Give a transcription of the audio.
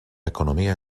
economia